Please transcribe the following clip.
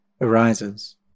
arises